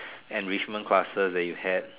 enrichment classes that you have